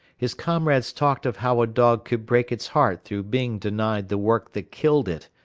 his comrades talked of how a dog could break its heart through being denied the work that killed it,